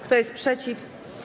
Kto jest przeciw?